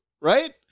right